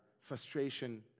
frustration